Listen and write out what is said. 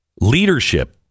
Leadership